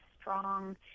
strong